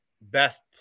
best